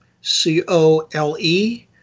C-O-L-E